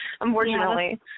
unfortunately